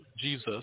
Jesus